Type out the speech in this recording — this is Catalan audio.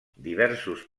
diversos